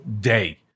day